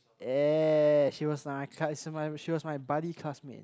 eh she was my she was my buddy classmate